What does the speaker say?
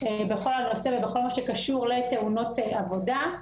בכל נושא ובכל מה שקשור לתאונות עבודה.